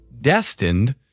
destined